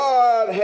God